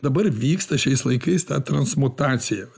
dabar vyksta šiais laikais ta transmutacija